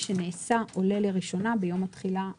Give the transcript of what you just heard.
שנעשה עולה לראשונה ביום התחילה ואילך.